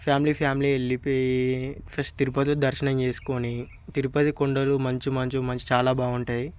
family family వెళ్ళిపోయి first తిరుపతిలో దర్శనం చేసుకొని తిరుపతి కొండలు మంచి మంచి మంచి చాలా బాగుంటాయి